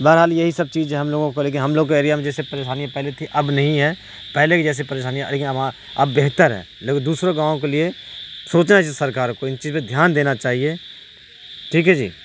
بہرحال یہی سب چیز جو ہے ہم لوگوں کو لے کے ہم لوگوں کے ایریا میں جیسے پریشانی پہلے تھی اب نہیں ہے پہلے کی جیسے پریشانیاں لیکن اب بہتر ہے لیکن دوسروں گاؤں کے لیے سوچنا چاہیے سرکار کو ان چیز پہ دھیان دینا چاہیے ٹھیک ہے جی